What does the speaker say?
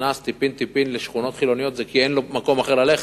נכנס טיפין-טיפין לשכונות חילוניות היא כי אין לו מקום אחר ללכת,